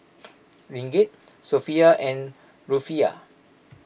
Ringgit Sophia and Rufiyaa